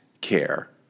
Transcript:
care